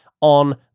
on